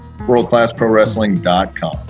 WorldClassProWrestling.com